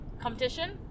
competition